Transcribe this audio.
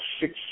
six